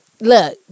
Look